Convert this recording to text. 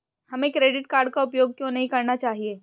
हमें credit card का उपयोग क्यों नहीं करना चाहिए?